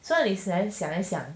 这里想一想